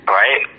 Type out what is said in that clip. right